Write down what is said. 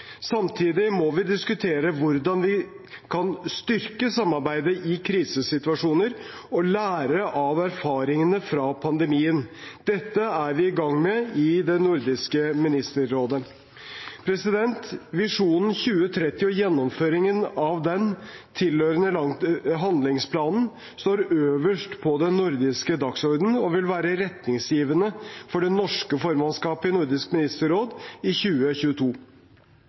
Samtidig må vi diskutere hvordan vi kan styrke samarbeidet i krisesituasjoner og lære av erfaringene fra pandemien. Dette er vi i gang med i Nordisk ministerråd. Visjon 2030 og gjennomføringen av den tilhørende handlingsplanen står øverst på den nordiske dagsordenen og vil være retningsgivende for det norske formannskapet i Nordisk ministerråd i 2022.